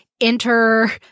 enter